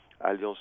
alliance